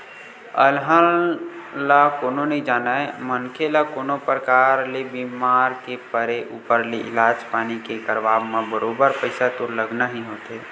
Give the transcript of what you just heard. अलहन ल कोनो नइ जानय मनखे ल कोनो परकार ले बीमार के परे ऊपर ले इलाज पानी के करवाब म बरोबर पइसा तो लगना ही होथे